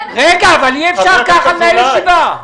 אי אפשר כך לנהל ישיבה.